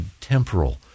temporal